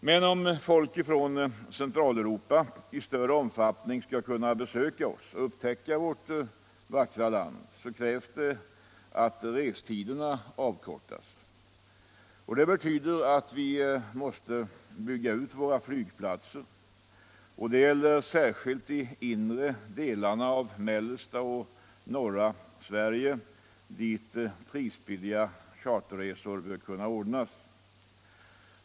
Men om folk från Centraleuropa i större omfattning skall kunna besöka oss och upptäcka vårt vackra land, krävs det att restiderna avkortas. Det betyder att vi måste bygga ut våra flygplatser, och det gäller särskilt de inre delarna av mellersta och norra Sverige, dit prisbilliga charterresor bör kunna ordnas.